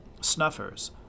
snuffers